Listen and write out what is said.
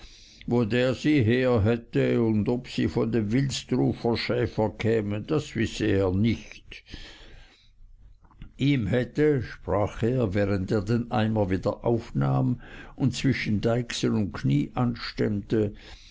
wo der sie herhätte und ob sie von dem wilsdrufer schäfer kämen das wisse er nicht ihm hätte sprach er während er den eimer wieder aufnahm und zwischen deichsel und knie anstemmte